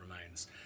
remains